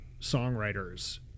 songwriters